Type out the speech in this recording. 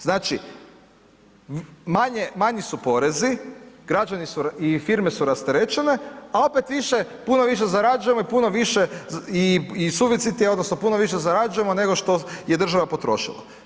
Znači, manji su porezi, građani i firme su rasterećene, a opet više, puno više zarađujemo i puno više i suficit je odnosno puno više zarađujemo, nego što je država potrošila.